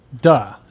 Duh